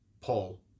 Paul